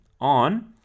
on